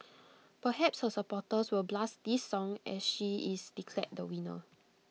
perhaps her supporters will blast this song as she is declared the winner